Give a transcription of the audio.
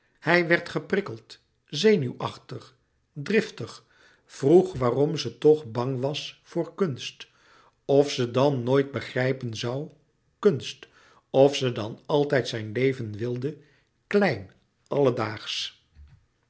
hij werd geprikkeld zenuwachtig driftig vroeg waarom ze toch bang was voor kunst of ze dan nooit begrijpen zoû kunst of ze dan altijd zijn leven wilde klein alledaagsch